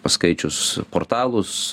paskaičius portalus